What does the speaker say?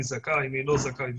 מי זכאי ומי לא זכאי,